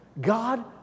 God